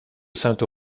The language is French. sainte